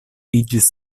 iĝis